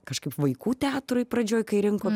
kažkaip vaikų teatrui pradžioj kai rinko